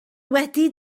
wedi